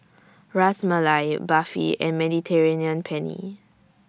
Ras Malai Barfi and Mediterranean Penne